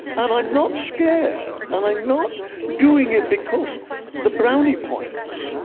and i'm not scared. and i'm not doing it because the brownie points.